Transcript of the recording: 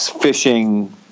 fishing